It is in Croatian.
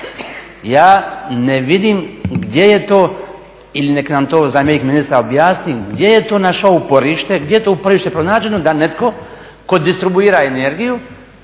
Ja ne vidim gdje je to, ili nek nam to zamjenik ministra objasni gdje je to pronašao to uporište, gdje je to uporište pronađeno da netko ko distribuira energiju